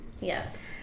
yes